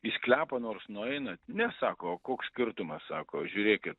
į sklepą nors nueinat ne sako o koks skirtumas sako žiūrėkit